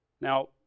Now